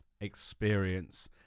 experience